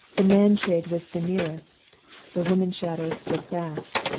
the man-shade was the nearest the woman-shadow stood back.